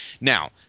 Now